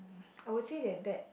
I would say that that